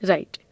Right